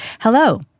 Hello